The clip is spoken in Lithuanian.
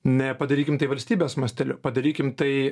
ne padarykim tai valstybės masteliu padarykime tai